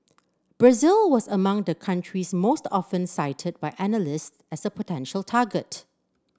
Brazil was among the countries most often cited by analyst as a potential target